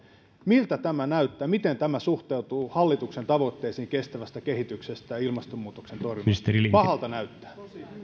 miltä tämä näyttää miten tämä suhteutuu hallituksen tavoitteisiin kestävästä kehityksestä ja ilmastonmuutoksen torjumisesta pahalta näyttää